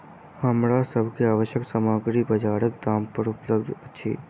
हमरा सभ के आवश्यक सामग्री बजारक दाम पर उपलबध अछि